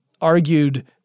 argued